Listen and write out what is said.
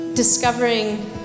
discovering